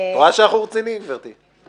את רואה שאנחנו רציניים, גברתי?